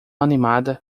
animada